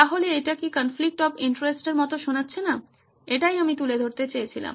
তাহলে এটা কি কনফ্লিক্ট অফ ইন্টারেস্ট এর মতো শোনাচ্ছে না এটাই আমি তুলে ধরতে চেয়েছিলাম